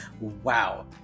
wow